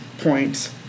points